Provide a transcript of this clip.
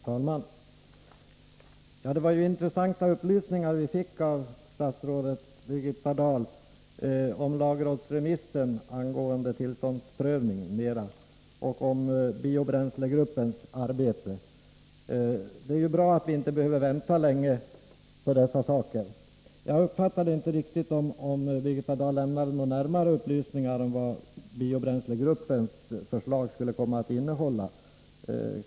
Herr talman! Det var intressanta upplysningar vi fick av statsrådet Birgitta Dahl om lagrådsremissen angående tillståndsprövningslagen och om biobränslegruppens arbete. Det är ju bra att vi inte behöver vänta länge på dessa saker. Jag uppfattade inte riktigt om Birgitta Dahl lämnade några närmare upplysningar om vad biobränslegruppens förslag skulle komma att innehålla.